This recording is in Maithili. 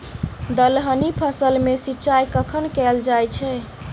दलहनी फसल मे सिंचाई कखन कैल जाय छै?